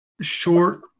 short